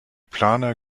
planer